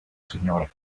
señora